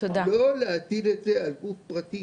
לא להטיל את זה על גוף פרטי,